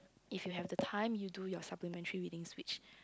if you have the time you do your supplementary reading which